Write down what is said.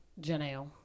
Janelle